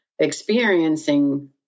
Experiencing